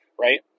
right